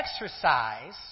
exercise